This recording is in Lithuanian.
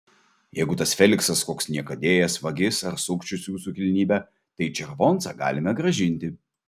jeigu tas feliksas koks niekadėjas vagis ar sukčius jūsų kilnybe tai červoncą galime grąžinti